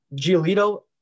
Giolito